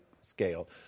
scale